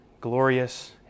glorious